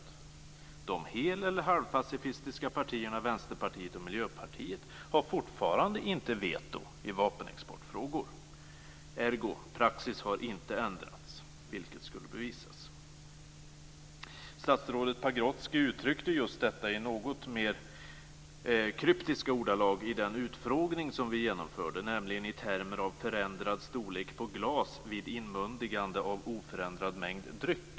Fortfarande är det så att de heleller halvpacifistiska partierna Vänsterpartiet och Praxis har inte ändrats, vilket skulle bevisas. Statsrådet Pagrotsky uttryckte just detta i något mer kryptiska ordalag i den utfrågning som vi genomförde, nämligen i termer av förändrad storlek på glas vid inmundigande av oförändrad mängd dryck.